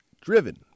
driven